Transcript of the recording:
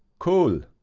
cool.